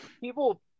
people